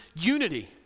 unity